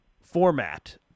format